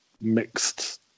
mixed